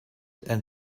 and